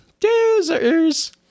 Doozers